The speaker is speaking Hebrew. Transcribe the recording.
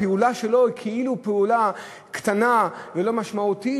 הפעולה שלו היא כאילו פעולה קטנה ולא משמעותית,